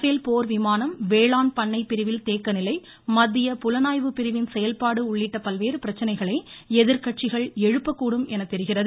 பேல் போர் விமானம் வேளாண் பண்ணைப் பிரிவில் தேக்க நிலை மத்திய புலனாய்வு பிரிவின் செயல்பாடு உள்ளிட்ட பல்வேறு பிரச்சனைகளை எதிர்க்கட்சிகள் எழுப்பக்கூடும் எனத்தெரிகிறது